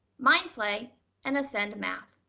mindplay and ascend math.